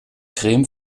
creme